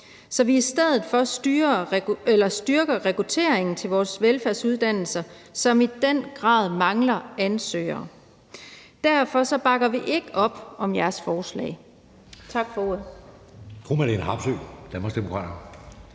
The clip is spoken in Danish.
så man i stedet styrker rekrutteringen til velfærdsuddannelserne, som i den grad mangler ansøgere. Derfor bakker vi ikke op om jeres forslag. Tak for ordet. Kl. 15:12 Anden